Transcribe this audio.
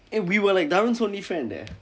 eh we were like tharun only friend eh